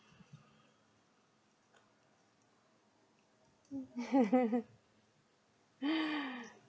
mm